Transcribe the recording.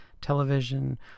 television